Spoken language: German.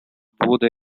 wurde